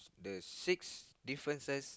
the six differences